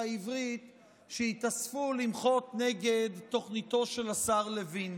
העברית שהתאספו למחות נגד תוכניתו של השר לוין.